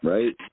Right